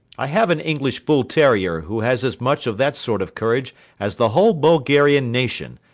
i have an english bull terrier who has as much of that sort of courage as the whole bulgarian nation,